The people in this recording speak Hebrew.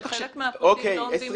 בטח --- חלק מהפריטים לא --- אוקיי,